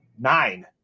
nine